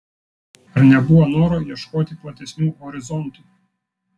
ar nebuvo noro ieškoti platesnių horizontų